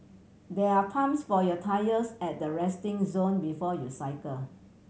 there are pumps for your tyres at the resting zone before you cycle